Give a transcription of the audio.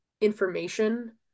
information